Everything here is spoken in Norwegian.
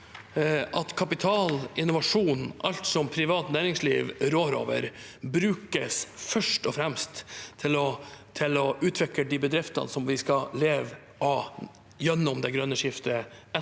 at kapital, innovasjon – alt som privat næringsliv rår over – brukes først og fremst til å utvikle de bedriftene som vi skal leve av gjennom og etter det grønne skiftet,